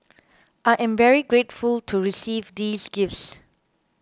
I am very grateful to receive these gifts